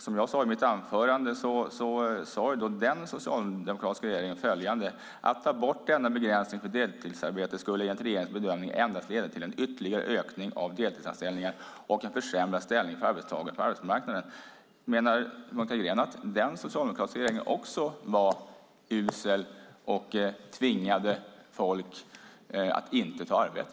Som jag sade i mitt anförande sade den dåvarande socialdemokratiska regeringen följande: Att ta bort denna begränsning för deltidsarbete skulle enligt regeringens bedömning endast leda till en ytterligare ökning av deltidsanställningar och en försämrad ställning för arbetstagare på arbetsmarknaden. Menar Monica Green att den socialdemokratiska regeringen också var usel och tvingade folk att inte ta arbete?